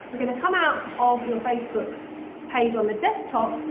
we're gonna come out of your facebook page on the desktop,